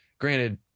Granted